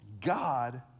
God